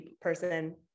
person